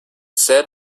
said